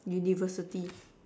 university